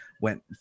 went